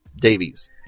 davies